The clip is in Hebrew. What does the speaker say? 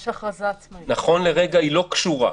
נכון להרגע, היא לא קשורה.